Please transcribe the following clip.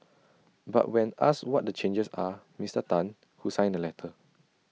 but when asked what the changes are Mister Tan who signed the letter